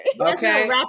Okay